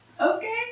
okay